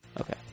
Okay